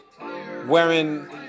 wearing